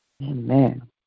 Amen